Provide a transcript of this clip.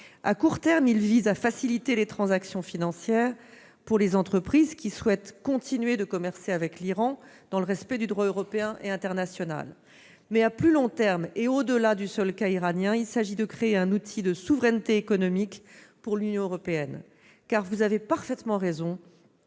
À court terme, le SPV vise à faciliter les transactions financières pour les entreprises qui souhaitent continuer de commercer avec l'Iran dans le respect du droit européen et international. À plus long terme, et au-delà du seul cas iranien, il s'agit de créer un outil de souveraineté économique pour l'Union européenne. Vous avez en effet parfaitement raison